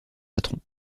patrons